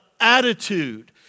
attitude